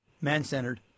Man-centered